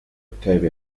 octavian